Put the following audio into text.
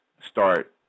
start